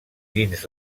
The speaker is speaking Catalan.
dins